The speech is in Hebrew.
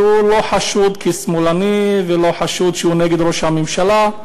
שהוא לא חשוד כשמאלני ולא חשוד שהוא נגד ראש הממשלה.